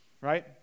right